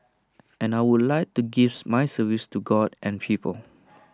and I would like to gives my service to God and people